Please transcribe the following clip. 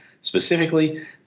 specifically